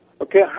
Okay